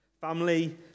Family